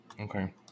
Okay